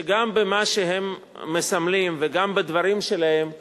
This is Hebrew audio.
שגם במה שהם מסמלים וגם בדברים שלהם שאמרו,